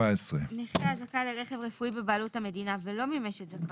(ו1)נכה הזכאי לרכב רפואי בבעלות המדינה ולא מימש את זכאותו,